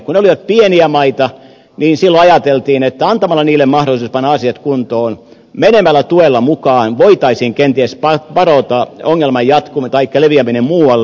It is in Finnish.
kun ne olivat pieniä maita niin silloin ajateltiin että antamalla niille mahdollisuus panna asiat kuntoon menemällä tuella mukaan voitaisiin kenties padota ongelman leviäminen muualle